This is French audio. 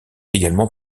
également